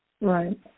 Right